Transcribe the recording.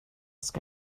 ska